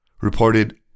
reported